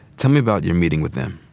tell me about your meeting with them.